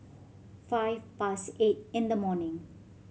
five past eight in the morning